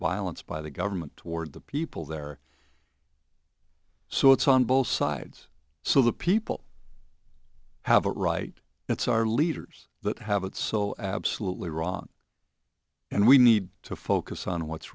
violence by the government toward the people there so it's on both sides so the people have it right it's our leaders that have it so absolutely wrong and we need to focus on what's